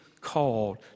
called